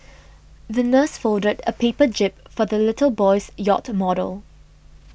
the nurse folded a paper jib for the little boy's yacht model